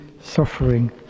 suffering